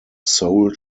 soul